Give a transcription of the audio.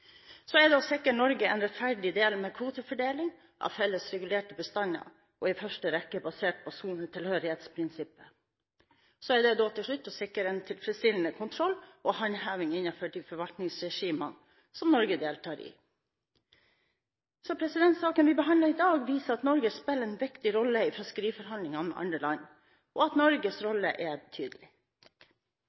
å sikre Norge en rettferdig del ved kvotefordeling av felles regulerte bestander, i første rekke basert på sonetilhørighetsprinsippet å sikre en tilfredsstillende kontroll og håndheving innenfor de forvaltningsregimene som Norge deltar i Saken vi behandler i dag, viser at Norge spiller en viktig rolle i fiskeriforhandlingene med andre land, og at Norges rolle er betydelig.